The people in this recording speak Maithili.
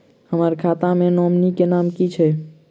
हम्मर खाता मे नॉमनी केँ नाम की छैय